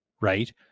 right